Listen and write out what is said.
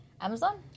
Amazon